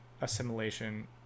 assimilation